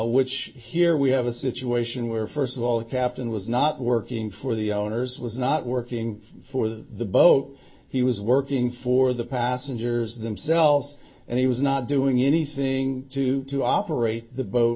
which here we have a situation where first of all the captain was not working for the owners was not working for the boat he was working for the passengers themselves and he was not doing anything to to operate the boat